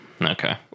Okay